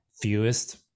fewest